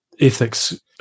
ethics